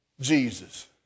Jesus